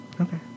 Okay